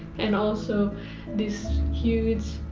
and also this huge